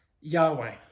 Yahweh